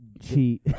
cheat